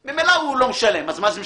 ממילא הוא לא משלם, אז מה זה משנה.